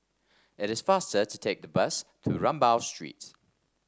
it is faster to take the bus to Rambau Street